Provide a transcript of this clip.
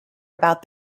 about